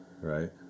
right